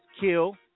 kill